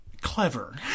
clever